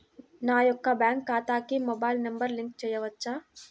నా యొక్క బ్యాంక్ ఖాతాకి మొబైల్ నంబర్ లింక్ చేయవచ్చా?